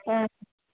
ആ